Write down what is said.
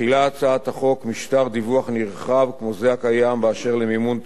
מחילה הצעת החוק משטר דיווח נרחב כמו זה הקיים באשר למימון טרור,